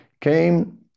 came